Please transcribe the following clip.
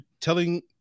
telling